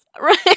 right